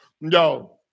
Yo